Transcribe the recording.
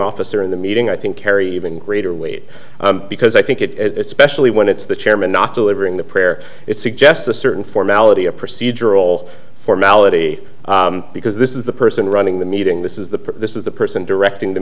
officer in the meeting i think carry even greater weight because i think it especially when it's the chairman not delivering the prayer it suggests a certain formality a procedural formality because this is the person running the meeting this is the this is the person directing the